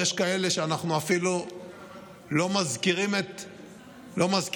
יש כאלה שאנחנו אפילו לא מזכירים את שמותיהם,